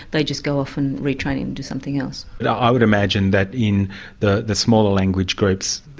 they just go off and retrain into something else. i would imagine that in the the smaller language groups,